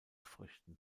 früchten